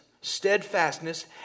steadfastness